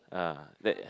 ah that